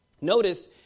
notice